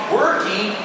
working